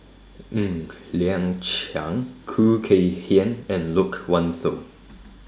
Ng Liang Chiang Khoo Kay Hian and Loke Wan Tho